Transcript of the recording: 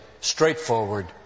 straightforward